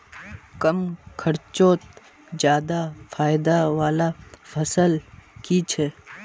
कम खर्चोत ज्यादा फायदा वाला फसल की छे?